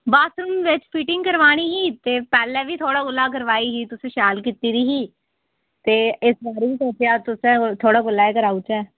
bathroom बिच fitting करवानी ही ते पैह्लें बी थुआढ़ा कोला करवाई ही तुसें शैल कीती दी ही ते इस बारी बी सोच्चेआ तुसें थुआड़ा कोला गै कराई ओड़चै